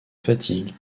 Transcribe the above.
fatigue